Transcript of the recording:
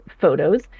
photos